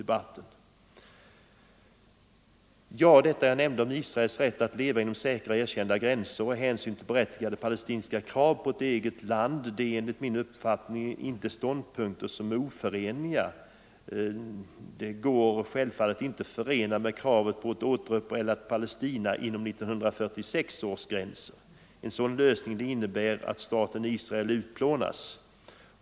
De krav som jag nämnde - Israels rätt att leva inom säkra och erkända gränser och hänsyn till berättigade palestinska krav på ett eget land — är enligt min uppfattning inte oförenliga. De går självfallet inte att förena med kravet på ett återupprättat Palestina inom 1946 års gränser, eftersom en sådan lösning innebär att staten Israel utplånas.